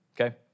okay